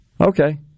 Okay